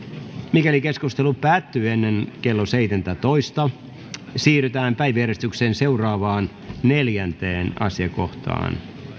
mikäli keskustelu päättyy ennen kello seitsemäntoista siirrytään päiväjärjestyksen seuraavaan neljänteen asiakohtaan